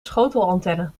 schotelantenne